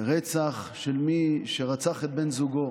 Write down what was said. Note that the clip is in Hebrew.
רצח של מי שרצח את בן זוגו